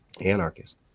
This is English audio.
anarchist